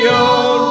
old